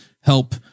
help